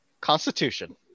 Constitution